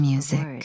Music